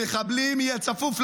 למחבלים יהיה צפוף.